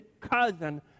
cousin